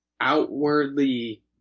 outwardly